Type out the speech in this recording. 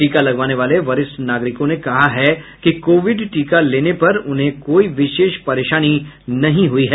टीका लगवाने वाले वरिष्ठ नागरिकों ने कहा है कि कोविड टीका लेने पर उन्हें कोई विशेष परेशानी नहीं हुई है